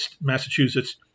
Massachusetts